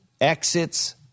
exits